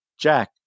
Jack